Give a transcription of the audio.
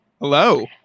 Hello